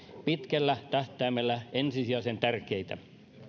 pitkällä tähtäimellä ensisijaisen tärkeitä